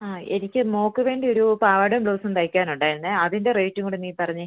ആ എനിക്ക് മോള്ക്കുവേണ്ടി ഒരു പാവാടയും ബ്ലൗസും തയ്ക്കാൻ ഉണ്ടായിരുന്നു അതിൻ്റെ റേറ്റും കൂടെ നീ പറയൂ